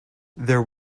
there